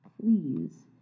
Please